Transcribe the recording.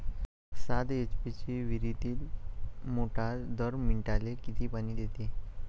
सात एच.पी ची विहिरीतली मोटार दर मिनटाले किती पानी देते?